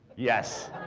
yes.